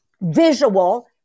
visual